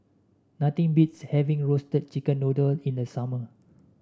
nothing beats having Roasted Chicken Noodle in the summer